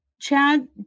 Chad